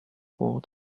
word